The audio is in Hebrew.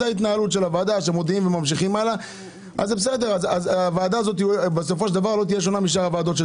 זאת התנהלות הוועדה שמודיעים וממשיכים הלאה ואז בסופו של דבר הוועדה